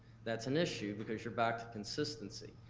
that's an issue, because you're back to consistency.